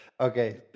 Okay